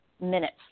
minutes